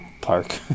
park